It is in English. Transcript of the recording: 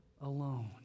alone